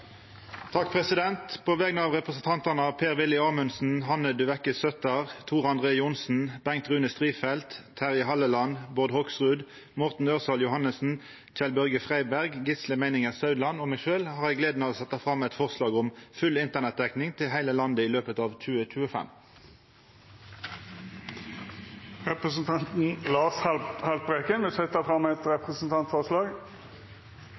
På vegner av representantane Per-Willy Amundsen, Hanne Dyveke Søttar, Tor André Johnsen, Bengt Rune Strifeldt, Terje Halleland, Bård Hoksrud, Morten Ørsal Johansen, Kjell-Børge Freiberg, Gisle Meininger Saudland og meg sjølv har eg gleda av å setja fram eit forslag om full internettdekning til heile landet i løpet av 2025. Representanten Lars Haltbrekken vil setja fram eit